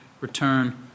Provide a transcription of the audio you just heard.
return